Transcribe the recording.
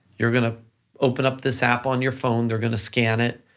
you're gonna open up this app on your phone, they're gonna scan it,